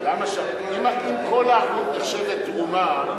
אם כל הערבות נחשבת תרומה,